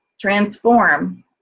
transform